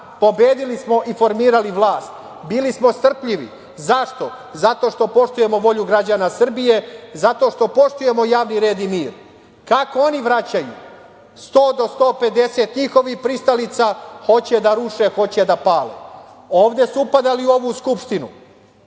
Pobedili smo i formirali vlast. Bili smo strpljivi. Zašto? Zato što poštujemo volju građana Srbije, zato što poštujemo javni red i mir. Kako oni vraćaju? Sto do sto pedeset njihovih pristalica hoće da ruše, hoće da pale. Ovde su upadali, u ovu Skupštinu,